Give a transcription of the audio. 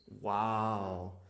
Wow